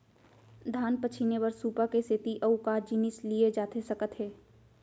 धान पछिने बर सुपा के सेती अऊ का जिनिस लिए जाथे सकत हे?